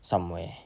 somewhere